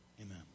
Amen